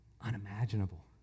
unimaginable